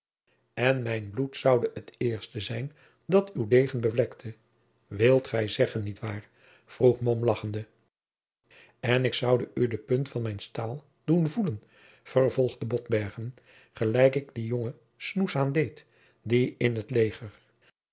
en mijn bloed zoude het eerste zijn dat uwen degen bevlekte wilt gij zeggen niet waar vroeg mom lagchende en ik zoude u de punt van mijn staal doen voelen vervolgde botbergen gelijk ik dien jongen snoeshaan deed die in t leger